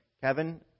Kevin